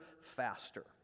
faster